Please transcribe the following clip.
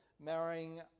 marrying